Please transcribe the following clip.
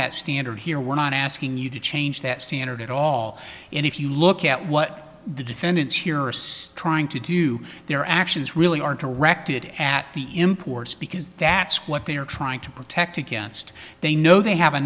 that standard here we're not asking you to change that standard at all and if you look at what the defendants here are striving to do their actions really aren't directed at the imports because that's what they're trying to protect against they know they have a